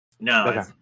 No